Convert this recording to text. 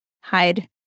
hide